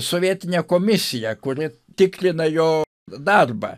sovietine komisija kuri tikrina jo darbą